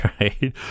right